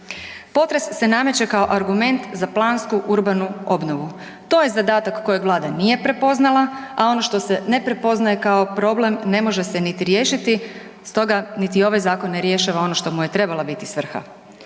Potres se nameće kao argument za plansku urbanu obnovu, to je zadatak kojeg Vlada nije prepoznala, a ono što se ne prepoznaje kao problem ne može se niti riješiti, stoga niti ovaj zakon ne rješava ono što mu je trebala biti svrha.